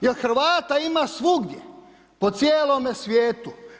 Jer Hrvata ima svugdje, po cijelome svijetu.